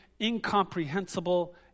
incomprehensible